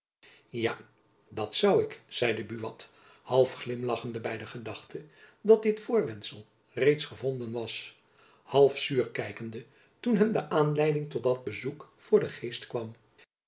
ja dat zoû ik zeide buat half glimlachende by de gedachte dat dit voorwendsel reeds gevonden was half zuur kijkende toen hem de aanleiding tot dat bezoek voor den geest kwam